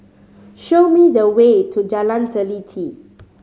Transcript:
show me the way to Jalan Teliti